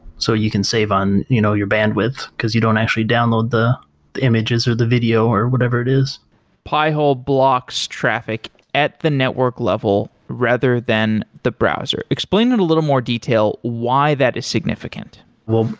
so you can save on you know your bandwidth, because you don't actually download the images, or the video, or whatever it is pi-hole blocks traffic at the network level, rather than the browser. explain it a little more detail why that is significant well,